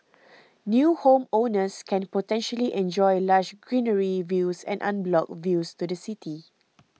new homeowners can potentially enjoy lush greenery views and unblocked views to the city